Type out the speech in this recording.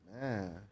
Man